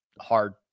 hard